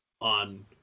on